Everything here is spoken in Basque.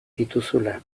dituzula